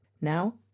Now